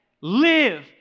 live